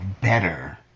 better